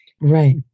right